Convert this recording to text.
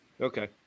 Okay